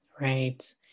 Right